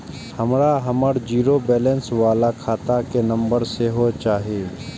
हमरा हमर zero balance बाला खाता के नम्बर सेहो चाही